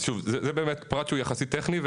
זה באמת פרט שהוא יחסית טכנית,